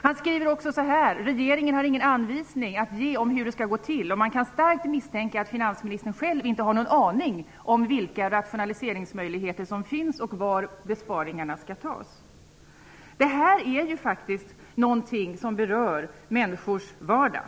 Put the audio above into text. Kjell-Olof Feldt skriver vidare: Regeringen har ingen anvisning att ge om hur det skall gå till, och man kan starkt misstänka att finansministern själv inte har någon aning om vilka rationaliseringsmöjligheter som finns och var besparingarna skall tas. Det här är faktiskt någonting som berör människors vardag.